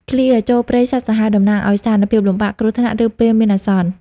ឃ្លា «ចូលព្រៃសត្វសាហាវ» តំណាងឱ្យស្ថានភាពលំបាក គ្រោះថ្នាក់ ឬពេលមានអាសន្ន។